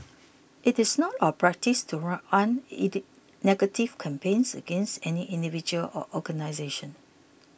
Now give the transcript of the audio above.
it is not our practice to run negative campaigns against any individual or organisation